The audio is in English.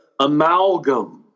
amalgam